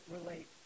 relate